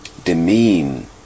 demean